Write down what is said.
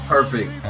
Perfect